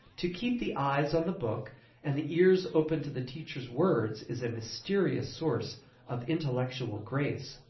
to keep the eyes on the book and the ears open to the teacher's words is a mysterious source of intellectual grace.